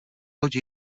lodi